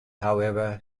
however